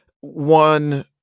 one